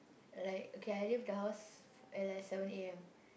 like okay I leave the house at like seven A_M